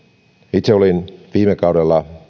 itse olin viime kaudella